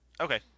Okay